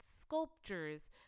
sculptures